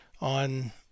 on